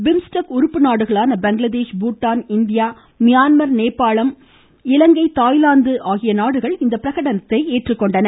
BIMSTEC உறுப்பு நாடுகளான Bangladesh Bhutan India Myanmar நேபாளம் இலங்கை தாய்லாந்து உறுப்பு நாடுகள் இந்த பிரகடனத்தை ஏற்றுக்கொண்டன